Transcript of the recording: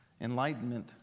enlightenment